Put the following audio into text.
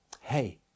Hey